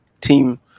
team